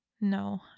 No